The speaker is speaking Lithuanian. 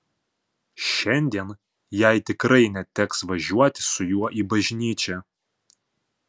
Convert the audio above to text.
šiandien jai tikrai neteks važiuoti su juo į bažnyčią